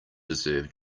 deserve